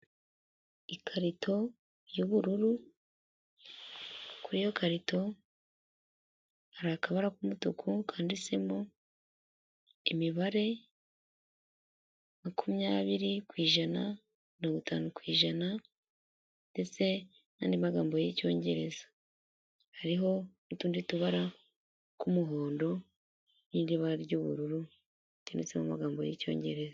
Ikarito y'ubururu kuri iyo karito hari akabara k'umutuku kanditsemo imibare makumyabiri ku ijana, mirongo itanu ku ijana ndetse n'andi magambo y'icyongereza. Hariho n'utundi tubara tw'umuhondo n'irindi bara ry'ubururu ryanditse mu magambo y'icyongereza.